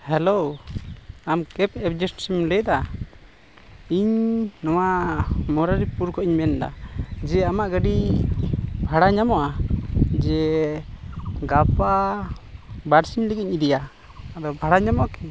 hello ᱟᱢ ᱠᱮᱵ ᱞᱟᱹᱭ ᱮᱫᱟ ᱤᱧ ᱱᱚᱣᱟ ᱢᱚᱨᱟᱨᱤᱯᱩᱨ ᱠᱷᱚᱱ ᱤᱧ ᱢᱮᱱ ᱮᱫᱟ ᱡᱮ ᱟᱢᱟᱜ ᱜᱟᱹᱰᱤ ᱵᱷᱟᱲᱟ ᱧᱟᱢᱚᱜᱼᱟ ᱡᱮ ᱜᱟᱯᱟ ᱵᱟᱨᱥᱤᱧ ᱞᱟᱹᱜᱤᱫ ᱤᱧ ᱤᱫᱤᱭᱟ ᱟᱫᱚ ᱵᱷᱟᱲᱟ ᱧᱟᱢᱚᱜᱼᱟ ᱠᱤ